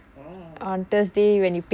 oh